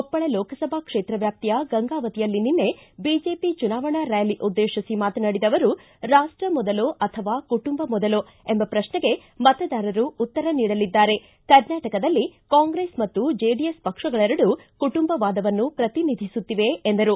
ಕೊಪ್ಪಳ ಲೋಕಸಭಾ ಕ್ಷೇತ್ರ ವ್ಯಾಪ್ತಿಯ ಗಂಗಾವತಿಯಲ್ಲಿ ನಿನ್ನೆ ಬಿಜೆಪಿ ಚುನಾವಣಾ ರ್ನಾಲಿ ಉದ್ಲೇಶಿಸಿ ಮಾತನಾಡಿದ ಅವರು ರಾಷ್ಷ ಮೊದಲೋ ಅಥವಾ ಕುಟುಂಬ ಮೊದಲೋ ಎಂಬ ಪ್ರಶ್ನೆಗೆ ಮತದಾರರು ಉತ್ತರ ನೀಡಲಿದ್ದಾರೆ ಕರ್ನಾಟಕದಲ್ಲಿ ಕಾಂಗ್ರೆಸ್ ಮತ್ತು ಜೆಡಿಎಸ್ ಪಕ್ಷಗಳೆರಡು ಕುಟುಂಬ ವಾದವನ್ನು ಪ್ರತಿನಿಧಿಸುತ್ತಿವೆ ಎಂದರು